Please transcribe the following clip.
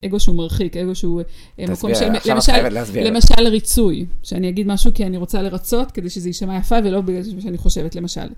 אגו שהוא מרחיק, אגו שהוא מקום של, למשל, למשל ריצוי, שאני אגיד משהו כי אני רוצה לרצות, כדי שזה יישמע יפה ולא בגלל שאני חושבת, למשל.